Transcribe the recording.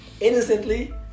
innocently